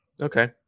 Okay